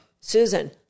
Susan